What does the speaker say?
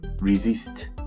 Resist